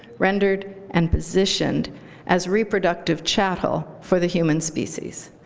rendered, and positioned as reproductive chattel for the human species,